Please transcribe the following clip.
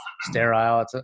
sterile